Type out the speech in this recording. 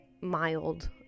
mild